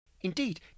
Indeed